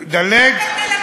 נהדרת וחזקה, תדלג, תדלג.